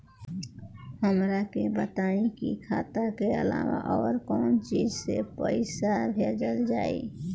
हमरा के बताई की खाता के अलावा और कौन चीज से पइसा भेजल जाई?